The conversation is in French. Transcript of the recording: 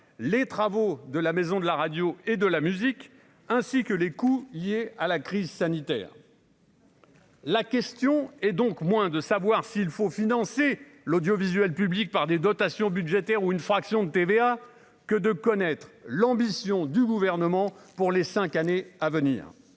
les travaux de la maison de la radio et de la musique ainsi que les coûts liés à la crise sanitaire. La question est donc moins de savoir s'il faut financer l'audiovisuel public par des dotations budgétaires ou une fraction de TVA que de connaître l'ambition du gouvernement pour les 5 années à venir.